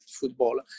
football